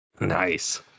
Nice